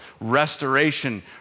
restoration